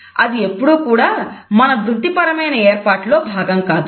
అది ఎప్పుడూ కూడా మన వృత్తిపరమైన ఏర్పాటులో భాగం కాదు